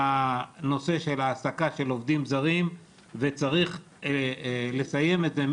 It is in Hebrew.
הנושא של העסקה של עובדים זרים וצריך לסיים את זה.